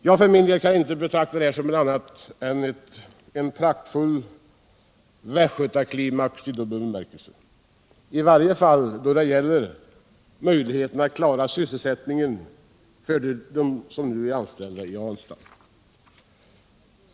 Jag för min del kan inte betrakta detta annat än som en praktfull västgötaklimax i dubbel bemärkelse, i varje fall då det gäller möjligheten att klara sysselsättningen för dem som nu är anställda i Ranstad.